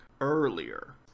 earlier